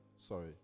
sorry